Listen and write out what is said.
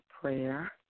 Prayer